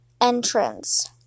entrance